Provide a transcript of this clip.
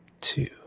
Two